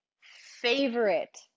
favorite